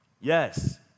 Yes